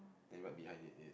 then right behind it is it